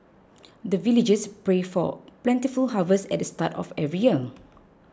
the villagers pray for plentiful harvest at the start of every year